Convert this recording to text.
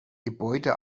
gebäude